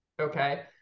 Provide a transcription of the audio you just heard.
Okay